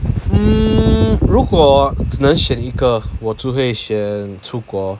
mm 如果只能选一个我就会选出国